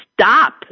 stop